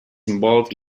involved